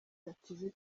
bakize